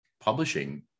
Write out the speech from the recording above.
publishing